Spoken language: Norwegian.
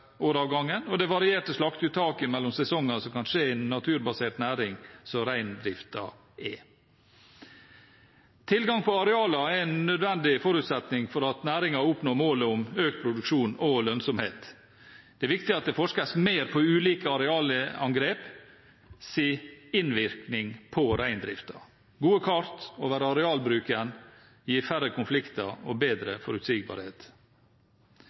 og på grunn av det varierte slakteuttaket mellom sesonger som kan skje innen en naturbasert næring, slik reindriften er. Tilgang på arealer er en nødvendig forutsetning for at næringen oppnår målet om økt produksjon og lønnsomhet. Det er viktig at det forskes mer på ulike arealinngreps innvirkning på reindriften. Gode kart over arealbruken gir færre konflikter og bedre forutsigbarhet.